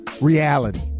reality